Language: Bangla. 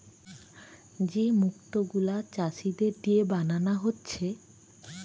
যে মুক্ত গুলা চাষীদের দিয়ে বানানা হচ্ছে